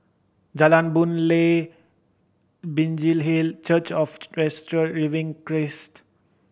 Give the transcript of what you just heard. Jalan Boon Lay Binjai Hill Church of the Resurrected Living Christ